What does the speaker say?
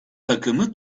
takımı